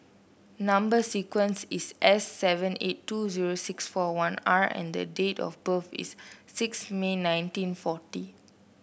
number sequence is S seven eight two zero six four one R and date of birth is six May nineteen forty